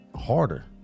harder